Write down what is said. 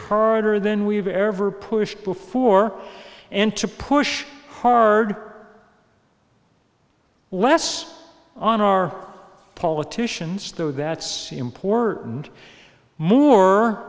harder than we've ever pushed before and to push hard less on our politicians though that's important more